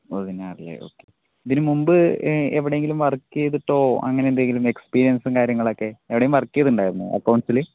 പതിനാറ് അല്ലേ ഒക്കെ ഇതിന് മുൻമ്പ് എവിടെയെങ്കിലും വർക്ക് ചെയ്തിട്ടോ അങ്ങനെ എന്തെങ്കിലും എക്സ്പീരിയൻസും കാര്യങ്ങളൊക്കെ എവിടെയെങ്കിലും വർക്ക് ചെയ്തിട്ടുണ്ടായിരുന്നോ അക്കൌൻഡ്സില്